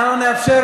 הוא אפילו לא שמע,